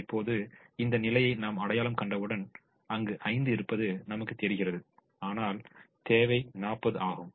இப்போது இந்த நிலையை நாம் அடையாளம் கண்டவுடன் அங்கு 5 இருப்பது நமக்கு தெரிகிறது ஆனால் தேவை 40 ஆகும்